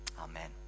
Amen